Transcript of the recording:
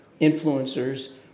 influencers